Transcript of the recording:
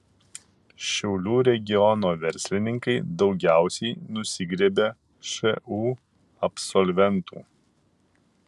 šiaulių regiono verslininkai daugiausiai nusigriebia šu absolventų